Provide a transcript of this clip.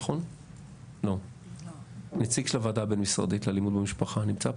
נציג של הוועדה הבין-משרדית לאלימות במשפחה נמצא פה?